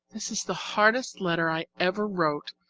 this is the hardest letter i ever wrote,